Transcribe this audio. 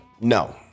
No